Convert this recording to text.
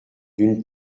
d’une